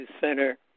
center